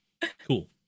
cool